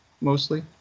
mostly